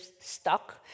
stuck